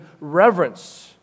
reverence